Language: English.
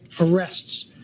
arrests